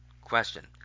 Question